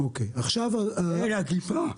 אין אכיפה.